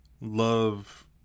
love